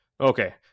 okay